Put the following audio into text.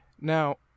now